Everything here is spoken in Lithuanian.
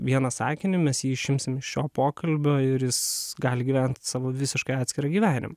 vieną sakinį mes jį išimsim iš šio pokalbio ir jis gali gyvent savo visiškai atskirą gyvenimą